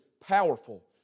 powerful